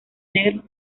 negros